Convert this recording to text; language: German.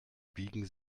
biegen